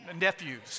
nephews